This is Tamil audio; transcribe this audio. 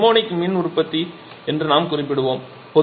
அது தெர்மோனிக் மின் உற்பத்தி என்று நாம் குறிப்பிடுவோம்